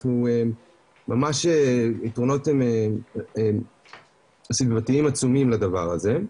ממש יתרונות סביבתיים עצומים לדבר הזה.